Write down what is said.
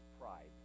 pride